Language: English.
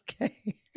Okay